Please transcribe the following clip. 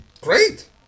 Great